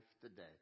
today